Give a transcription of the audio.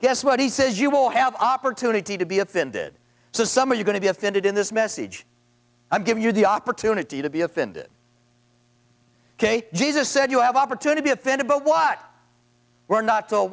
yes what he says you will have opportunity to be offended some are you going to be offended in this message i'm giving you the opportunity to be offended ok jesus said you have opportunity be offended but wot we're not